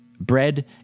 bread